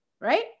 Right